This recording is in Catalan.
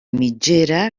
mitgera